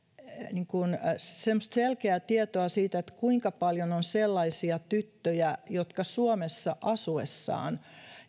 ei semmoista selkeää tietoa siitä kuinka paljon on sellaisia tyttöjä jotka suomessa asuessaan